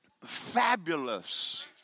fabulous